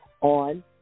on